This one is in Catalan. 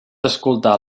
escoltar